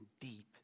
deep